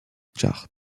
chart